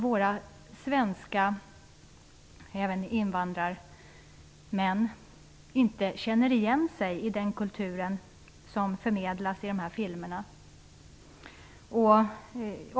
Våra svenska män - även invandrarmän - känner inte igen sig i den kultur som förmedlas i dessa filmer.